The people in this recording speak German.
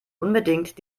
unbedingt